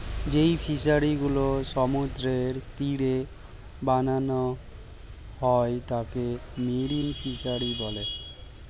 যেই ফিশারি গুলো সমুদ্রের তীরে বানানো হয় তাকে মেরিন ফিসারী বলে